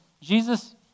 Jesus